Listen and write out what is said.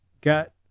got